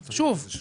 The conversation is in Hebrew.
שוב,